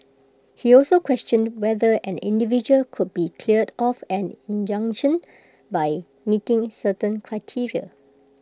he also questioned whether an individual could be cleared of an injunction by meeting certain criteria